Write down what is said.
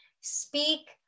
Speak